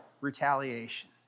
retaliation